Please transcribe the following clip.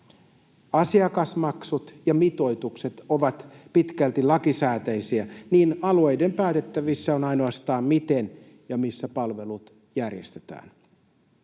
asiakasmaksut ja mitoitukset ovat pitkälti lakisääteisiä, niin alueiden päätettävissä on ainoastaan, miten ja missä palvelut järjestetään.